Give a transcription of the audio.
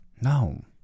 no